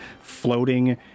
floating